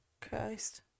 Christ